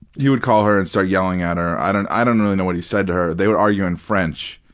he would call her and start yelling at her. i don't i don't really know what he said to her. they would argue in french